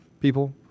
people